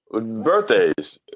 Birthdays